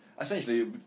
essentially